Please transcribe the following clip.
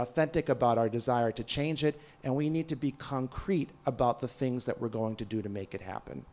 authentic about our desire to change it and we need to be concrete about the things that we're going to do to make it happen